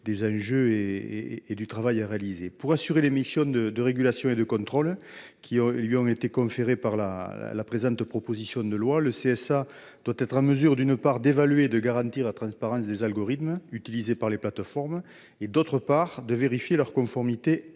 ce pôle de travailler. Pour assumer les missions de régulation et de contrôle qui lui sont conférées par la présente proposition de loi, le CSA doit être en mesure, d'une part, d'évaluer et de garantir la transparence des algorithmes utilisés par les plateformes et, d'autre part, de vérifier leur conformité